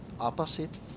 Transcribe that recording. Opposite